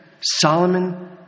Solomon